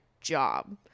job